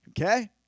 okay